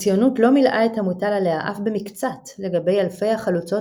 "הציונות לא מילאה את המוטל עליה אף במקצת לגבי אלפי החלוצות